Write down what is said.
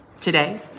Today